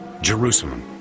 Jerusalem